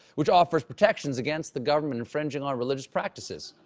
which offers protections against the government infringing on religious practices.